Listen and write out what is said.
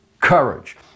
courage